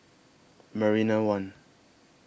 Marina one